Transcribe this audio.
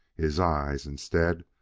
his eyes, instead,